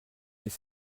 des